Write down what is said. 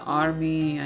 army